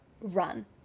run